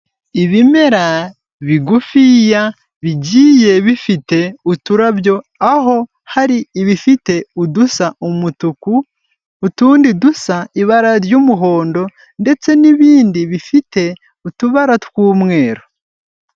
Ibimera bigufiya, bigiye bifite uturabyo aho hari ibifite udusa umutuku, utundi dusa ibara ry'umuhondo ndetse n'ibindi bifite utubara tw'umweru.